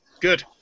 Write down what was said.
Good